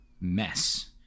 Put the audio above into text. mess